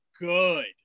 good